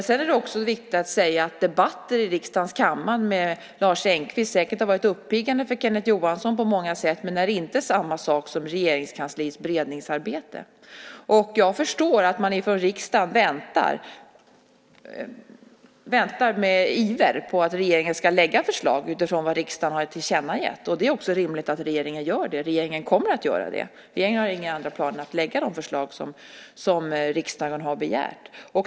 Sedan är det också viktigt att säga att debatter i riksdagens kammare med Lars Engqvist säkert på många sätt har varit uppiggande för Kenneth Johansson, men det är inte samma sak som Regeringskansliets beredningsarbete. Jag förstår att man från riksdagen med iver väntar på att regeringen ska lägga fram förslag utifrån vad riksdagen har tillkännagett. Det är också rimligt att regeringen gör det, och regeringen kommer att göra det. Regeringen har inga andra planer än att lägga fram de förslag som riksdagen har begärt.